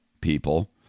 people